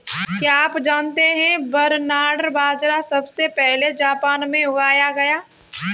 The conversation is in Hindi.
क्या आप जानते है बरनार्ड बाजरा सबसे पहले जापान में उगाया गया